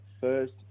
first